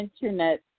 internet